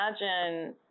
imagine